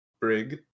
Brig